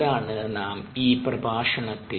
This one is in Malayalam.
അതാണ് നാം ഈ പ്രഭാഷണത്തിൽ